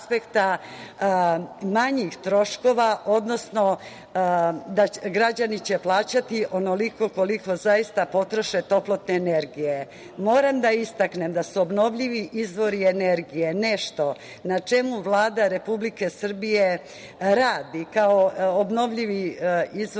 manjih troškova, odnosno građani će plaćati onoliko koliko zaista potroše toplotne energije. Moram da istaknem da su obnovljivi izvori energije nešto na čemu Vlada Republike Srbije radi, kao obnovljivi izvori,